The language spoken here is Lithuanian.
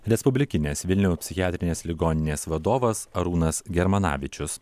respublikinės vilniaus psichiatrinės ligoninės vadovas arūnas germanavičius